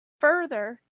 further